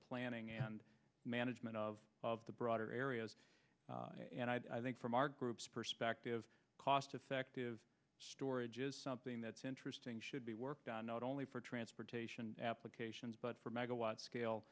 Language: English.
planning and management of the broader areas and i think from our group's perspective cost effective storage is something that's interesting should be worked on not only for transportation applications but for megawatt scale